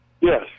Yes